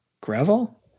gravel